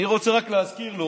אני רוצה רק להזכיר לו,